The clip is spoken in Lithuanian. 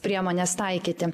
priemonės taikyti